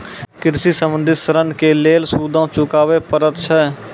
कृषि संबंधी ॠण के लेल सूदो चुकावे पड़त छै?